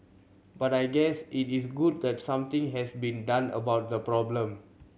but I guess it is good that something has been done about the problem